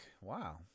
Wow